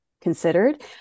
considered